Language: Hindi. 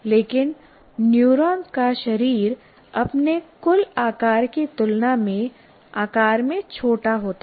लेकिन न्यूरॉन का शरीर अपने कुल आकार की तुलना में आकार में छोटा होता है